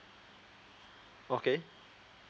okay